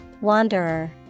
Wanderer